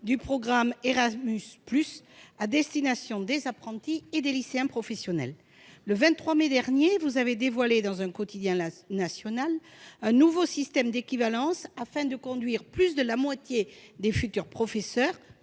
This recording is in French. du programme Erasmus+ à destination des apprentis et des lycéens professionnels. Le 23 mai dernier, vous avez dévoilé, dans un quotidien national, un nouveau système d'équivalence, afin de conduire plus de la moitié des futurs professeurs,